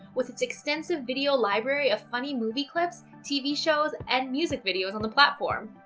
with its extensive video library of funny movie clips, tv shows and music videos on the platform.